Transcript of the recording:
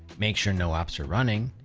make sure no apps are running,